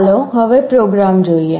ચાલો હવે પ્રોગ્રામ જોઈએ